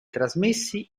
trasmessi